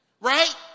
right